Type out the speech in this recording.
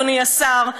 אדוני השר,